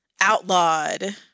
outlawed